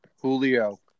Julio